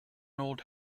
old